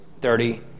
thirty